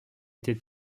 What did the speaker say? été